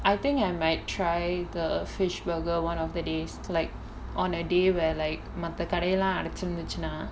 I think I might try the fish burger one of the days like on a day where like மத்த கடையெல்லாம் அடச்சு இருந்துச்சுனா:matha kadaiyellaam adachu irunthuchunaa